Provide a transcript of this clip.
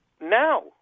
now